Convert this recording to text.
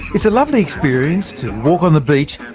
it's a lovely experience to walk on the beach,